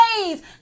ways